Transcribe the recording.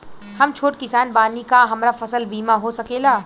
हम छोट किसान बानी का हमरा फसल बीमा हो सकेला?